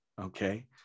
okay